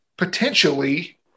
potentially